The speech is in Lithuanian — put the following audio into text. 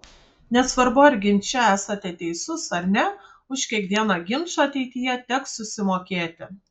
nesvarbu ar ginče esate teisus ar ne už kiekvieną ginčą ateityje teks susimokėti